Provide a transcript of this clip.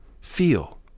feel